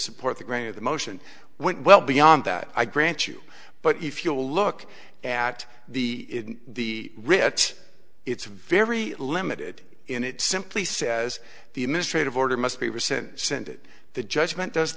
support the granting of the motion went well beyond that i grant you but if you'll look at the rich it's very limited in it simply says the administrative order must be recent send it the judgment does